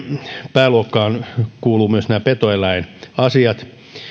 pääluokkaan kuuluvat myös nämä petoeläinasiat